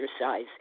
exercise